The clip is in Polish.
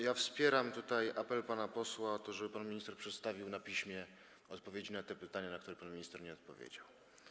Ja wspieram tutaj apel pana posła o to, żeby pan minister przedstawił na piśmie odpowiedzi na te pytania, na które pan minister nie odpowiedział.